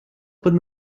под